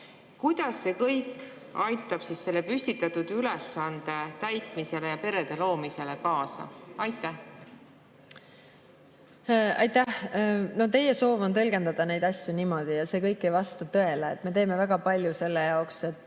Kuidas see kõik aitab selle püstitatud ülesande täitmisele ja perede loomisele kaasa? Aitäh! Teie soov on tõlgendada neid asju niimoodi. See kõik ei vasta tõele. Me teeme väga palju selle jaoks, et